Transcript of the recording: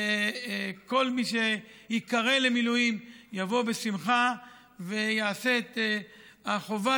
וכל מי שייקרא למילואים יבוא בשמחה ויעשה את החובה,